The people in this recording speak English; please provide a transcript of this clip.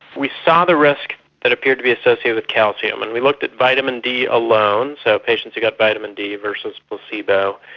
we saw the risk that appeared to be associated with calcium and we looked at vitamin d alone, so patients who got vitamin d versus placebo.